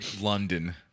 London